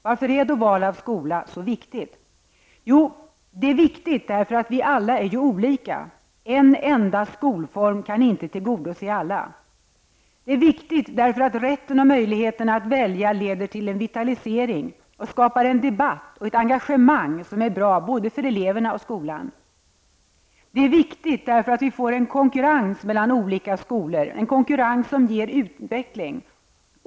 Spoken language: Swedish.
Varför är då valet av skola så viktigt? Det är viktigt därför att vi alla är olika. En enda skolform kan inte tillgodose alla. Det är viktigt därför att rätten och möjligheten att välja leder till en vitalisering och skapar en debatt och ett engagemang som är bra för både eleverna och skolan. Det är viktigt därför att vi får en konkurrens mellan olika skolor, en konkurrens som ger utveckling.